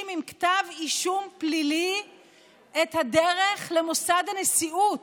עם כתב אישום פלילי את הדרך למוסד הנשיאות,